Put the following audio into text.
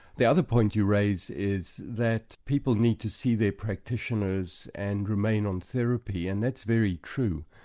the other point you raise is that people need to see their practitioners and remain on therapy, and that's very true.